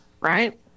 Right